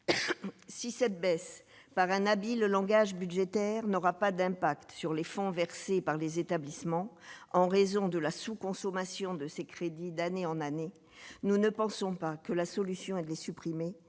si cette baisse par un habile le langage budgétaire n'aura pas d'impact sur les fonds versés par les établissements en raison de la sous-consommation de ces crédits d'année en année nous ne pensons pas que la solution est de les supprimer,